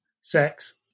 sex